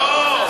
לא.